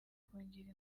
kungira